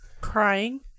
Crying